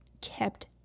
kept